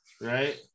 right